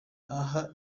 aha